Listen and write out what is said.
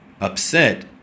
upset